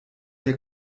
der